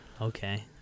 Okay